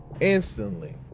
Instantly